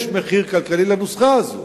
יש מחיר כלכלי לנוסחה הזאת.